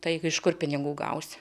taigi iš kur pinigų gausi